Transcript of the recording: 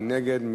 מי נגד?